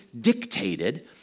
dictated